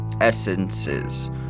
essences